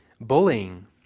Bullying